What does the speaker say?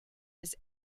was